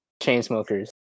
Chainsmokers